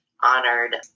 honored